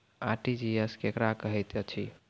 RTGS केकरा कहैत अछि?